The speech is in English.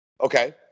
Okay